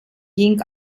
ging